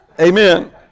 Amen